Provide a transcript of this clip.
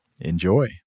Enjoy